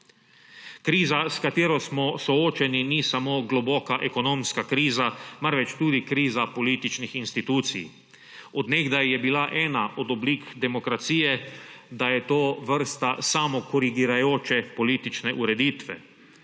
Kriza, s katero smo soočeni, ni samo globoka ekonomska kriza, marveč tudi kriza političnih institucij. Od nekdaj je bila ena od oblik demokracije, da je to vrsta samokorigirajoče politične ureditve.